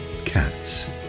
cats